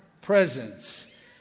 presence